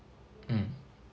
mm